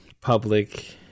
public